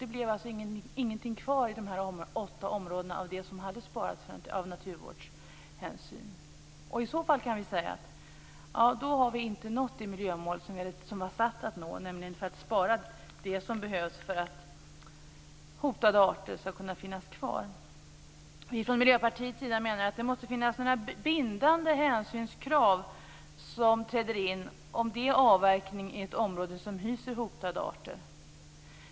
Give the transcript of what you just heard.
Det blev alltså ingenting kvar i dessa åtta områden av det som hade sparats av naturvårdshänsyn. I så fall kan vi säga att vi inte har nått det miljömål som vi hade satt upp, nämligen att spara det som behövs för att hotade arter skall kunna finnas kvar. Vi i Miljöpartiet menar att det måste finnas några bindande hänsynskrav som träder in om det sker avverkning i ett område som hyser hotade arter.